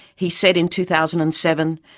he said in two thousand and seven,